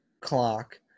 Clock